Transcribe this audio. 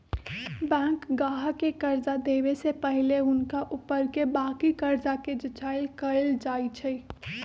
bank गाहक के कर्जा देबऐ से पहिले हुनका ऊपरके बाकी कर्जा के जचाइं कएल जाइ छइ